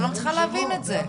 אני לא מצליחה להבין את זה.